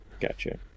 Gotcha